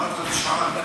אמרת תשעה.